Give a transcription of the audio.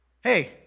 Hey